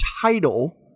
title